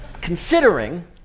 considering